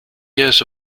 years